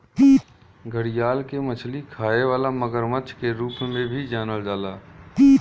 घड़ियाल के मछली खाए वाला मगरमच्छ के रूप में भी जानल जाला